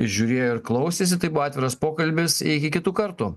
žiūrėjo ir klausėsi tai atviras pokalbis iki kitų kartų